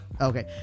Okay